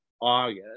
August